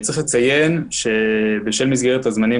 צריך לציין שבשל מסגרת הזמנים